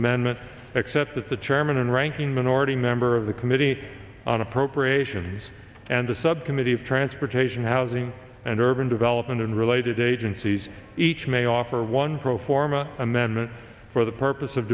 amendment except that the chairman and ranking minority member of the committee on appropriations and the subcommittee of transportation housing and urban development and related agencies each may offer one pro forma amendment for the purpose of